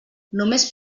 només